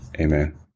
Amen